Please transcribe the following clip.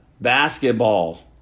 basketball